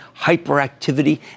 hyperactivity